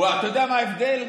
אתה יודע מה ההבדל?